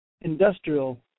industrial